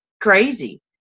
crazy